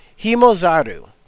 Himozaru